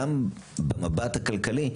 גם במבט הכלכלי,